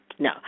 No